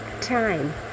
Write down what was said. time